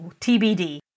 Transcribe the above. TBD